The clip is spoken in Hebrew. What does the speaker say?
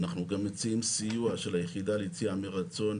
אנחנו גם מציעים סיוע של היחידה ליציאה מרצון,